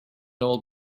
old